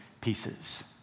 pieces